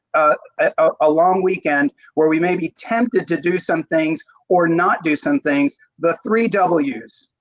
a long weekend where we may be tempted to do some things or not do some things, the three w's.